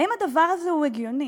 האם הדבר הזה הגיוני?